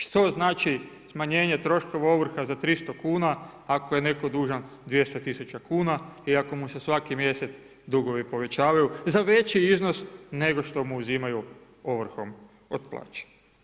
Što znači smanjenje troškova ovrha za 300 kuna, ako je neko dužan 200.000 kuna i ako mu se svaki mjesec dugovi povećavaju za veći iznos nego što mu uzimaju ovrhom od plaće?